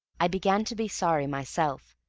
i began to be sorry myself,